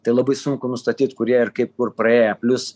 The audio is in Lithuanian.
tai labai sunku nustatyt kurie ir kaip kur praėję plius